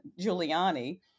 Giuliani